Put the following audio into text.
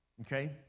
okay